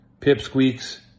pipsqueaks